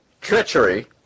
treachery